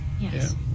Yes